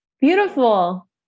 Beautiful